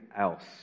else